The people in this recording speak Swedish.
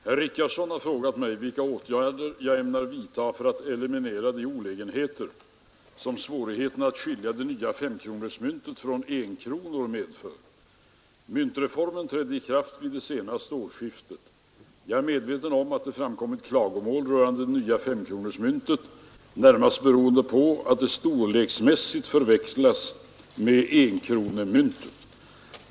Herr talman! Herr Richardson har frågat mig vilka åtgärder jag ämnar vidta för att eliminera de olägenheter som svårigheten att skilja det nya femkronorsmyntet från enkronor medför. Myntreformen trädde i kraft vid det senaste årsskiftet. Jag är medveten om att det framkommit klagomål rörande det nya femkronorsmyntet, närmast beroende på att det storleksmässigt förväxlas med enkronemyntet.